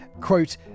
quote